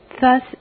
Thus